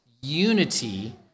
unity